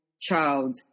child